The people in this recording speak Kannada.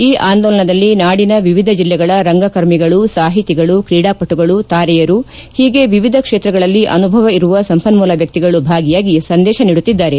ಈ ಆಂದೋಲನದಲ್ಲಿ ನಾಡಿನ ವಿವಿಧ ಜಲ್ಲೆಗಳ ರಂಗಕರ್ಮಿಗಳು ಸಾಹಿತಿಗಳು ತ್ರೇಡಾಪಟುಗಳು ತಾರೆಯರು ಹೀಗೆ ವಿವಿಧ ಕ್ಷೇತ್ರಗಳಲ್ಲಿ ಅನುಭವ ಇರುವ ಸಂಪನ್ನೂಲ ವ್ಲಕ್ತಿಗಳು ಭಾಗಿಯಾಗಿ ಸಂದೇಶ ನೀಡಿದ್ದಾರೆ